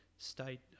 state